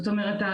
זאת אומרת,